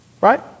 Right